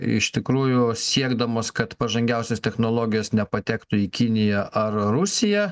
iš tikrųjų siekdamos kad pažangiausios technologijas nepatektų į kiniją ar rusiją